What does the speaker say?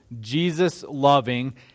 Jesus-loving